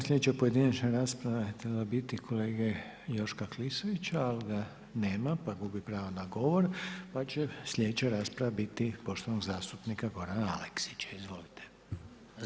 Sljedeća pojedinačna rasprava je trebala biti kolege Joška Klisovića, ali ga nema pa gubi pravo na govor, pa će sljedeća rasprava biti poštovanog zastupnika Gorana Aleksića, izvolite.